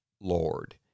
Lord